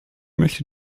möchte